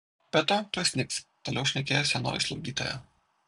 be to tuoj snigs toliau šnekėjo senoji slaugytoja